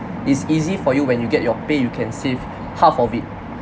it's easy for you when you get your pay you can save half of it